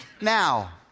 Now